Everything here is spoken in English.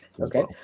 okay